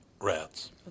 rats